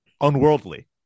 unworldly